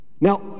now